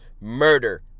murder